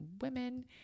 women